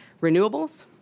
renewables